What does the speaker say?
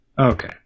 okay